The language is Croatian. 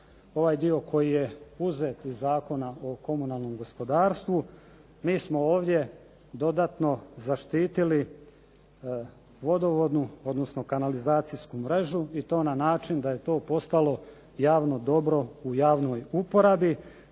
Ovaj dio koji je uzet iz Zakona o komunalnom gospodarstvu, mi smo ovdje dodatno zaštitili vodovodnu, odnosno kanalizacijsku mrežu i to na način da je to postalo javno dobro u javnoj uporabi.